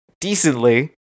decently